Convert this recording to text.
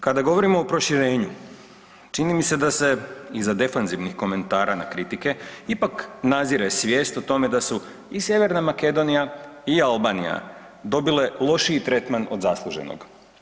Kada govorimo o proširenju, čini mi se da se iza defanzivnih komentara na kritike ipak nazire svijest o tome da su i Sjeverna Makedonija i Albanija dobile lošiji tretman od zasluženog.